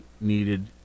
needed